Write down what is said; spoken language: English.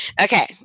Okay